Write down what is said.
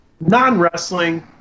non-wrestling